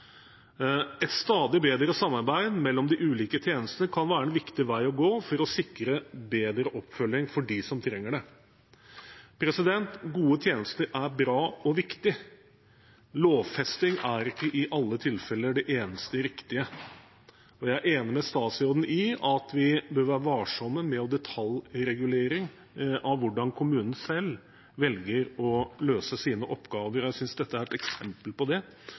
Et stadig bedre samarbeid mellom de ulike tjenester kan være en viktig vei å gå for å sikre bedre oppfølging for dem som trenger det. Gode tjenester er bra og viktig. Lovfesting er ikke i alle tilfeller det eneste riktige, og jeg er enig med statsråden i at vi bør være varsomme med detaljregulering av hvordan kommunen selv velger å løse sine oppgaver. Jeg synes dette er et eksempel på det,